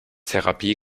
therapie